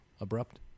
abrupt